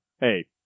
Hey